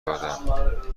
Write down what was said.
دادم